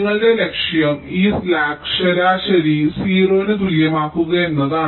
നിങ്ങളുടെ ലക്ഷ്യം ഈ സ്ലാക്ക് ശരാശരി 0 ന് തുല്യമാക്കുക എന്നതാണ്